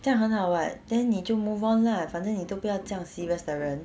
这样很好 [what] then 你就 move on lah 反正你都不要叫 serious 的人